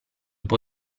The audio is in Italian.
può